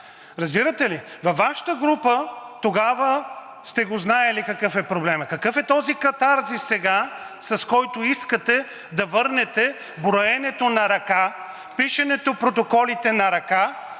Разбирате ли? Във Вашата група тогава сте го знаели какъв е проблемът. Какъв е този катарзис сега, с който искате да върнете броенето на ръка, писането на протоколите на ръка